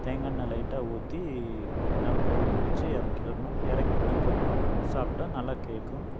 தேங்காய் எண்ணெய் லைட்டாக ஊற்றி நல்லா கொதிக்க விட்டுச்சி இறக்கி விடணும் இறக்குனதுக்கப்பறோம் சாப்பிட்டா நல்லா கேட்கும்